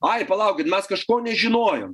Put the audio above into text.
ai palaukit mes kažko nežinojom